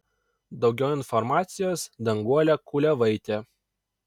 daugiau informacijos danguolė kuliavaitė